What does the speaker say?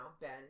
Ben